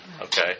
okay